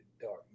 Dark